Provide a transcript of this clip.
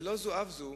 ולא זו אף זו,